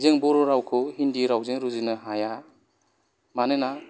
जों बर' रावखौ हिन्दी रावजों रुजुनो हाया मानोना